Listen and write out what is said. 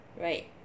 right